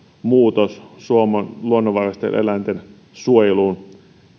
muutos suomen luonnonvaraisten eläinten suojeluun